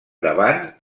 davant